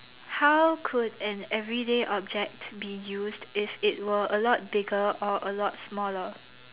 how could an everyday object be used if it were a lot bigger or a lot smaller